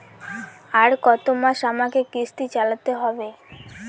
আর কতমাস আমাকে কিস্তি চালাতে হবে?